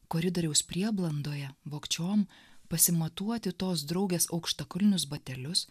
koridoriaus prieblandoje vogčiom pasimatuoti tos draugės aukštakulnius batelius